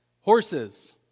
Horses